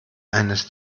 eines